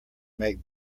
make